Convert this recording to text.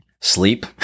sleep